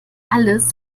alles